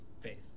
faith